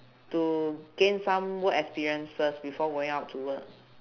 to gain some work experience first before going out to work